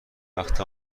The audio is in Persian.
وقت